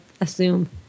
assume